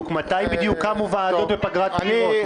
מתי בדיוק קמו ועדות בפגרת בחירות?